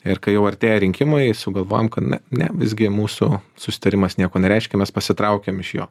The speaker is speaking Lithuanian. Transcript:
ir kai jau artėja rinkimai sugalvojam kad ne visgi mūsų susitarimas nieko nereiškia mes pasitraukiam iš jo